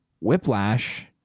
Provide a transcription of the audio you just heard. Whiplash